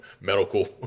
medical